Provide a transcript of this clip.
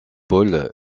paul